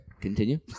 continue